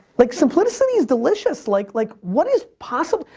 like simplicity is delicious, like like what is possible?